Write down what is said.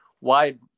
wide